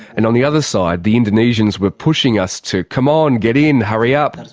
and on the other side the indonesians were pushing us to, come on, get in, hurry up,